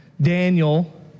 Daniel